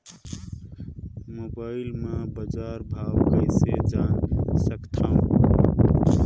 Mobile म बजार भाव कइसे जान सकथव?